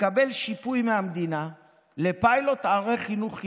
תקבל שיפוי מהמדינה לפיילוט ערי חינוך חינם,